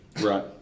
Right